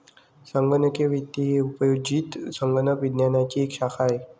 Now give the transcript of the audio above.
संगणकीय वित्त ही उपयोजित संगणक विज्ञानाची एक शाखा आहे